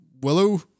Willow